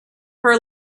her